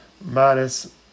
minus